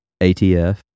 ATF